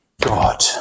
God